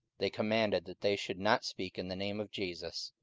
they commanded that they should not speak in the name of jesus,